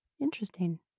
Interesting